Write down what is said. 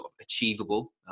achievable